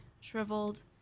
shriveled